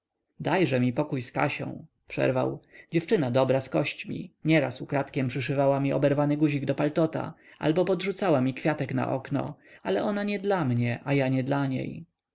dajże mi pokój z kasią przerwał dziewczyna dobra z kośćmi nieraz ukradkiem przyszywała mi oberwany guzik do paltota albo podrzucała mi kwiatek na okno ale ona nie dla mnie ja nie dla niej